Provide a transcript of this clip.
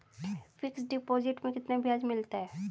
Fix deposit में कितना ब्याज मिलता है?